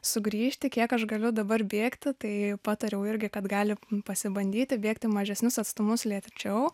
sugrįžti kiek aš galiu dabar bėgti tai patariau irgi kad gali pasibandyti bėgti mažesnius atstumus lėčiau